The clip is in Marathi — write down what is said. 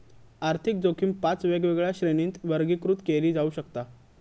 आर्थिक जोखीम पाच वेगवेगळ्या श्रेणींत वर्गीकृत केली जाऊ शकता